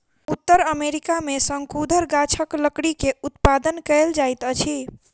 उत्तर अमेरिका में शंकुधर गाछक लकड़ी के उत्पादन कायल जाइत अछि